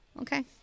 okay